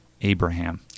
Abraham